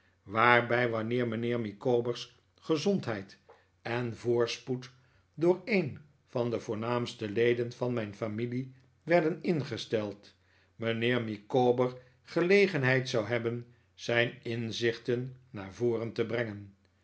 waarbij wanneer mijnheer micawber's gezondheid en voorspoed door een van de voornaamste leden van mijn familie werden ingesteld mijnheer micawber gelegenheid zou hebben zijn inzichten naar voren te brengen